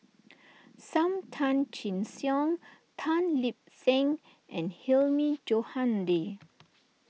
Sam Tan Chin Siong Tan Lip Seng and Hilmi Johandi